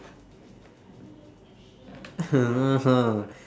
K